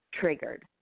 triggered